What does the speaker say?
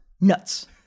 nuts